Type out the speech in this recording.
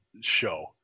show